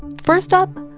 first up,